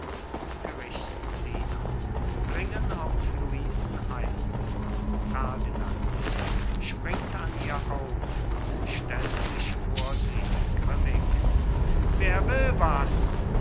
ein ferdinand springt an ihr auf und stellt sich vor sie grimmig wer will was